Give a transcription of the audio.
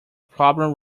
problem